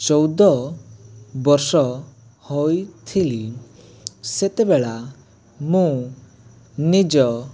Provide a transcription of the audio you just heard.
ଚଉଦ ବର୍ଷ ହଇଥିଲି ସେତେବେଳା ମୁଁ ନିଜ